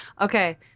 Okay